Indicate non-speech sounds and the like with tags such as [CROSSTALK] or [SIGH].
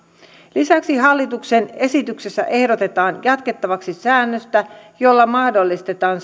lisäksi hallituksen esityksessä ehdotetaan jatkettavaksi säännöstä jolla mahdollistetaan [UNINTELLIGIBLE]